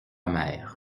mer